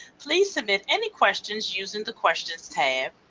please submit any questions using the questions tab.